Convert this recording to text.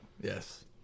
Yes